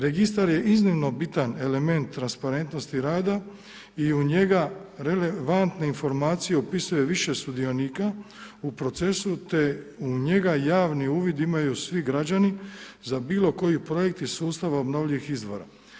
Registar je iznimno bitan element transparentnosti rada i u njega relevantne informacije opisuje više sudionika u procesu te u njega javni uvid imaju svi građani za bilo koji projekt iz sustava obnovljivih izvora.